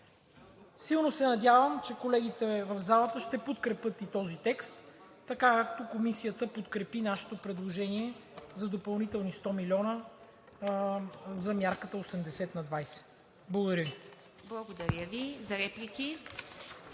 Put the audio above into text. Силно се надявам, че колегите в залата ще подкрепят и този текст, така както Комисията подкрепи нашето предложение за допълнителни 100 млн. лв. за мярката 80/20. Благодаря Ви.